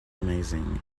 amazing